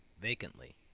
vacantly